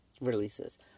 releases